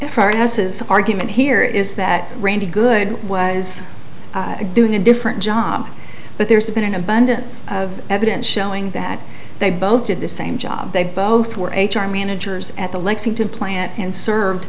houses argument here is that randy good was doing a different job but there's been an abundance of evidence showing that they both did the same job they both were h r managers at the lexington plant and served